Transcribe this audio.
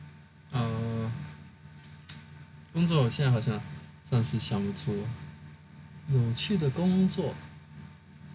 uh 工作现在好像暂时想不出有趣的工作